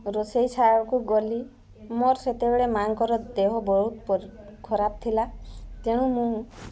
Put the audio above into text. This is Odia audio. ରୋଷେଇଶାଳକୁ ଗଲି ମୋର ସେତେବେଳେ ମା'ଙ୍କର ଦେହ ବହୁତ ଖରାପ ଥିଲା ତେଣୁ ମୁଁ